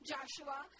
Joshua